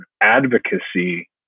advocacy